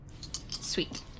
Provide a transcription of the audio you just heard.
Sweet